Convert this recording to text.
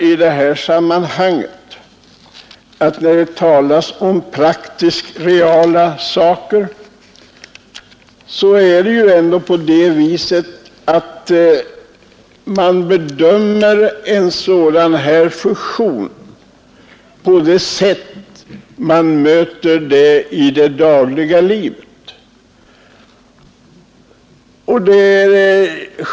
I det här sammanhanget vill jag också framhålla att det talas om praktiska reala saker, och jag tycker man bör bedöma en sådan här fusion så som man möter den i det dagliga livet.